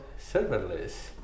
serverless